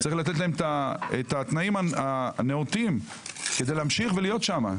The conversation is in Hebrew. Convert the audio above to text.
צריך לתת להם את התנאים הנאותים כדי להמשיך ולהיות שם.